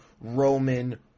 Roman